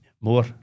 more